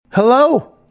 Hello